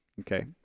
Okay